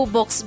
Box